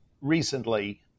recently